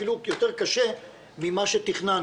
אפילו יותר קשה ממה שתכננו.